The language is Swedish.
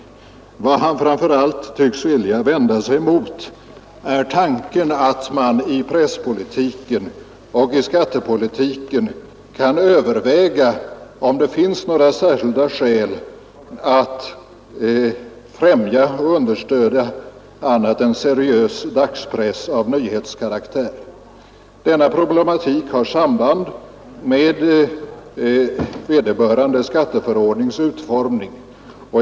Vad herr Ahlmark framför allt tycks vilja vända sig mot är tanken att man i presspolitiken och i skattepolitiken skall kunna överväga om det finns några särskilda skäl att främja och understödja annat än seriös dagspress av nyhetskaraktär. Den problematiken har samband med utformningen av vederbörande skatteförordning.